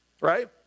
Right